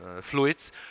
fluids